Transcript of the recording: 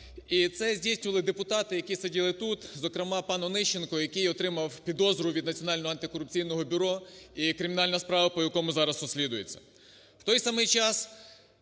І це здійснювали депутати, які сиділи тут, зокрема, пан Онищенко, який отримав підозру від Національного антикорупційного бюро і кримінальна справа по якому зараз розслідується.